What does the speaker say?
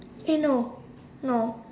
eh no no